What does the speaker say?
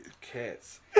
Cats